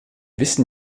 wissen